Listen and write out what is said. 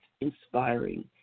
inspiring